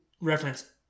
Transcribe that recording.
reference